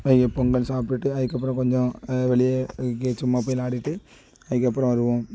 தைய பொங்கல் சாப்பிட்டு அதுக்கப்பறம் கொஞ்சம் வெளியே எங்கேயா சும்மா போய் விளையாடிட்டு அதுக்கப்பறம் வருவோம்